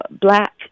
black